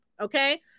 Okay